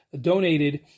donated